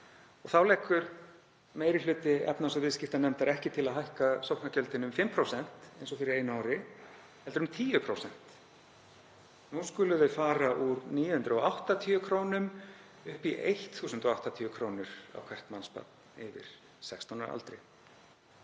Þá leggur meiri hluti efnahags- og viðskiptanefndar ekki til að hækka sóknargjöldin um 5%, eins og fyrir einu ári, heldur 10%. Nú skulum við fara úr 980 kr. upp í 1.080 kr. á hvert mannsbarn yfir 16 ára aldri.